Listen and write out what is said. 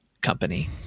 company